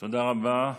תודה רבה.